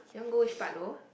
your one go which part though